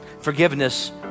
Forgiveness